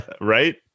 Right